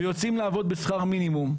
ויוצאים לעבוד בשכר מינימום,